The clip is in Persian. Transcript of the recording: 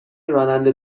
راننده